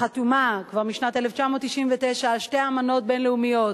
החתומה, כבר משנת 1999, על שתי אמנות בין-לאומיות,